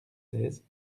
seize